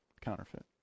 counterfeit